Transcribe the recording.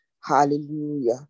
Hallelujah